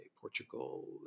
Portugal